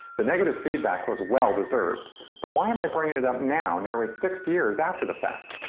the negative feedback was well deserved but why am i bringing it up now nearly six years after the fact?